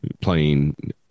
playing